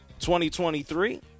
2023